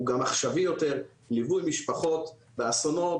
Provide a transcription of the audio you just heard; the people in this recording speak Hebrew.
הוא גם עכשווי יותר "לווי משפחות באסונות",